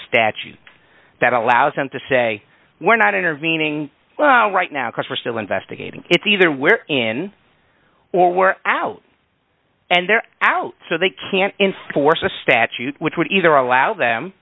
statute that allows them to say we're not intervening well right now because we're still investigating it's either we're in or we're out and they're out so they can't enforce a statute which would either allow them